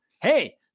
Hey